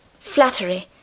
Flattery